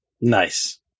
Nice